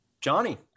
johnny